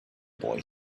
boy